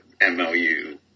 MLU